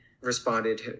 responded